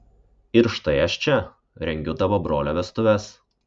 ir štai aš čia rengiu tavo brolio vestuves